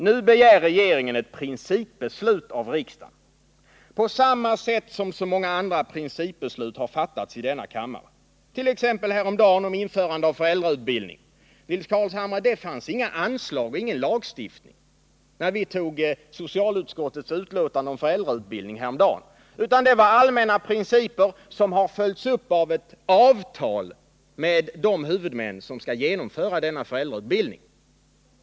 Nu begär regeringen ett principbeslut av riksdagen, på samma sätt som så många andra principbeslut fattas i denna kammare, t.ex. häromdagen om införande av föräldrautbildning. Det fanns inga anslag och ingen lagstiftning när vi fattade beslut om socialutskottets betänkande om föräldrautbildning häromdagen. Det var allmänna principer, som har följts upp av ett avtal med de huvudmän som skall genomföra föräldrautbildningen.